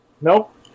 Nope